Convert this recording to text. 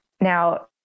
now